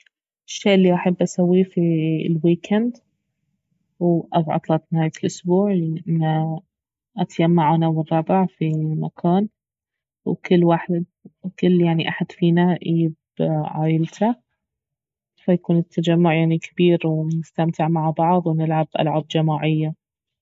الشي الي احب اسويه في الويكند او عطلة نهاية الأسبوع انه اتيمع انا والربع في مكان وكل وح- كل يعني احد فينا يعني اييب عايلته فيكون التجمع يعني كبير ونستمتع مع بعض ونلعب العاب جماعية